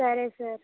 సరే సార్